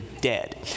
dead